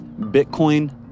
Bitcoin